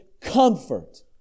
comfort